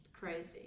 crazy